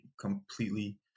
completely